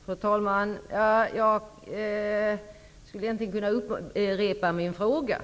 Fru talman! Jag skulle egentligen kunna upprepa min fråga.